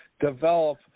develop